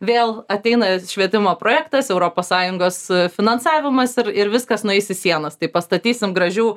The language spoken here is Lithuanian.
vėl ateina švietimo projektas europos sąjungos finansavimas ir ir viskas nueis į sienas tai pastatysim gražių